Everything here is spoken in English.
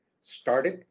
started